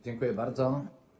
Dziękuję bardzo.